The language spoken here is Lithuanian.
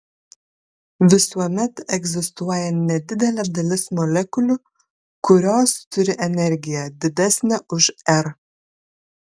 visuomet egzistuoja nedidelė dalis molekulių kurios turi energiją didesnę už r